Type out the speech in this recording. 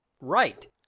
Right